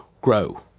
grow